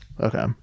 Okay